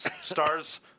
Stars